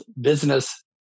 business